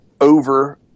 over